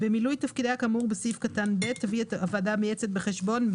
לא יתמנה ולא יכהן כחבר הוועדה המייעצת מי שעלול ענייניםלהימצא,